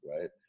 right